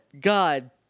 God